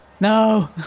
No